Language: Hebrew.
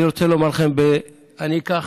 אני אקח